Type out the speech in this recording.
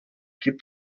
gibt